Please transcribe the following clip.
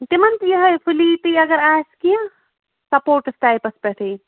تِمن تہِ یِہے فلیٖٹے اگر آسہِ کیٚنٛہہ سَپوٹٕس ٹایپَس پٮ۪ٹھٕے